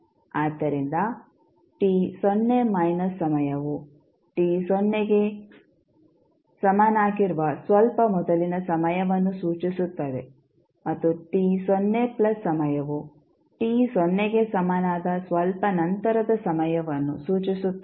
ಆದ್ದರಿಂದ t ಸೊನ್ನೆ minus ಸಮಯವು t ಸೊನ್ನೆಗೆ ಸಮನಾಗಿರುವ ಸ್ವಲ್ಪ ಮೊದಲಿನ ಸಮಯವನ್ನು ಸೂಚಿಸುತ್ತದೆ ಮತ್ತು t ಸೊನ್ನೆ ಪ್ಲಸ್ ಸಮಯವು t ಸೊನ್ನೆಗೆ ಸಮನಾದ ಸ್ವಲ್ಪ ನಂತರದ ಸಮಯವನ್ನು ಸೂಚಿಸುತ್ತದೆ